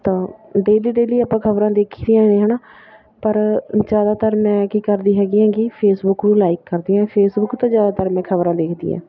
ਤਾਂ daily daily ਆਪਾਂ ਖਬਰਾਂ ਦੇਖੀ ਦੀਆਂ ਨੇ ਹੈ ਨਾ ਪਰ ਜ਼ਿਆਦਾਤਰ ਮੈਂ ਕੀ ਕਰਦੀ ਹੈਗੀ ਹੈਗੀ ਫੇਸਬੁਕ ਨੂੰ ਲਾਈਕ ਕਰਦੀ ਹਾਂ ਫੇਸਬੁਕ ਤੋਂ ਜ਼ਿਆਦਾਤਰ ਮੈਂ ਖਬਰਾਂ ਦੇਖਦੀ ਹਾਂ